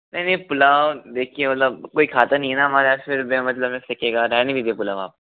नहीं नहीं पुलाव देखिए मतलब कोई खाता नहीं है ना हमारे यहा फिर बेमतलब में फिकेगा रहने दीजिए पुलाव आप